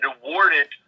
awarded